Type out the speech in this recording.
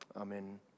Amen